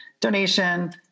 donation